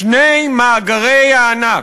שני מאגרי הענק,